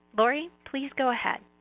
laurie, please go ahead.